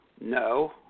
No